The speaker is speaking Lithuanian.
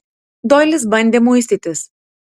doilis bandė muistytis